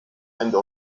ende